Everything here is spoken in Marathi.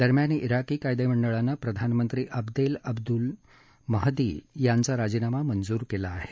दरम्यान ताकी कायदेमंडळानं प्रधानमंत्री अब्देल अब्दूल महदी यांचा राजीनामा मंजूर केला आहे